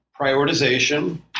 Prioritization